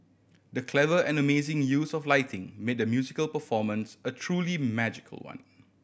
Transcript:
the clever and amazing use of lighting made the musical performance a truly magical one